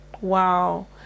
wow